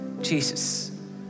Jesus